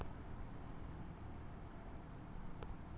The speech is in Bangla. সামাজিক প্রকল্পের টাকা কেমন করি পাওয়া যায়?